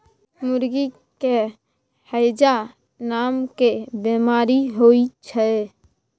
मुर्गी के हैजा नामके बेमारी होइ छै